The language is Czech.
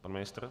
Pan ministr?